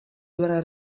dura